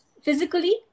physically